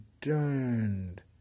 turned